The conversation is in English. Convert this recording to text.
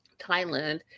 thailand